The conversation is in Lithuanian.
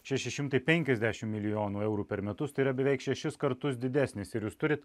šeši šimtai penkiasdešimt milijonų eurų per metus tai yra beveik šešis kartus didesnis ir jūs turit